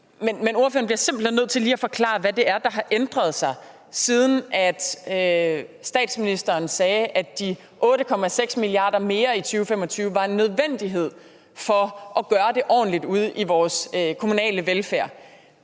Men ordføreren bliver simpelt hen nødt til lige at forklare, hvad det er, der har ændret sig, fra statsministeren sagde, at de 8,6 mia. kr. mere i 2025 var en nødvendighed for at gøre det ordentligt ude i vores kommunale velfærd,